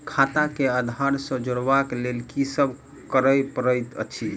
खाता केँ आधार सँ जोड़ेबाक लेल की सब करै पड़तै अछि?